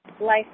life